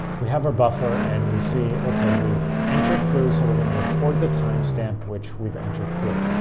we have our buffer, and we see, ok, we've entered foo, so we're going to record the timestamp which we've entered foo.